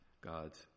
God's